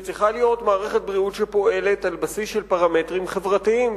שצריכה להיות מערכת בריאות שפועלת על בסיס של פרמטרים חברתיים,